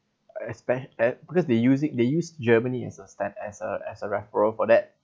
expect at because they use it they use germany as a stat as a as a referral for that